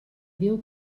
déu